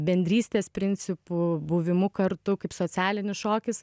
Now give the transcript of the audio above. bendrystės principu buvimu kartu kaip socialinis šokis